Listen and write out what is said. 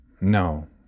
no